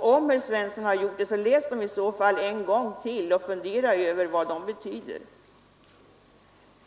Om herr Svensson har gjort det, läs dem i så fall en gång till och fundera över vad de innebär.